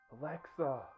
Alexa